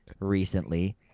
recently